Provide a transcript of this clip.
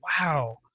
wow